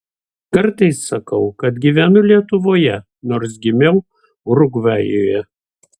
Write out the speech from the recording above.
kartais sakau kad gyvenu lietuvoje nors gimiau urugvajuje